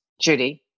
Judy